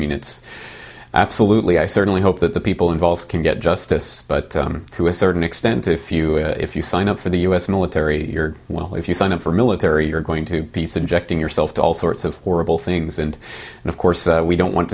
mean it's absolutely i certainly hope that the people involved can get justice but um to a certain extent if you sign up for the us military well if you sign up for military you are going to be subjecting yourself to all sorts of horrible things and of course we don't want